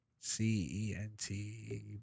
C-E-N-T